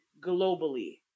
globally